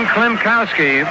Klimkowski